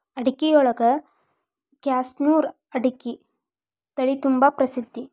ಅಡಿಕಿಯೊಳಗ ಕ್ಯಾಸನೂರು ಅಡಿಕೆ ತಳಿತುಂಬಾ ಪ್ರಸಿದ್ಧ